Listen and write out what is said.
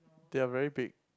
they are very big